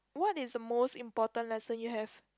what is the most important lesson you have